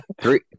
three